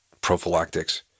prophylactics